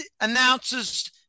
announces